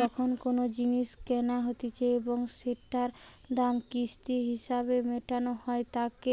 যখন কোনো জিনিস কেনা হতিছে এবং সেটোর দাম কিস্তি হিসেবে মেটানো হই তাকে